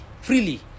freely